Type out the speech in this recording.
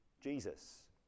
Jesus